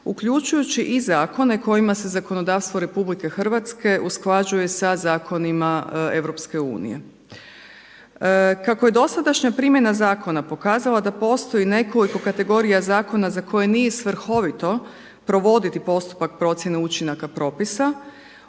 uključujući i zakone kojima se zakonodavstvo Republike Hrvatske usklađuje sa zakonima EU. Kako je dosadašnja primjena zakona pokazala da postoji nekoliko kategorija zakona za koje nije svrhovito provoditi postupak procjene učinaka propisa